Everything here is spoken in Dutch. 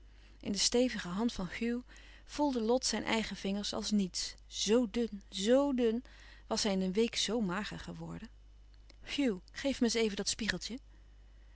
in de stevige hand van hugh voelde lot zijn eigen vingers als niets zoo dun zoo dun was hij in een week zoo mager geworden hugh geef me eens even dat spiegeltje